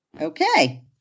Okay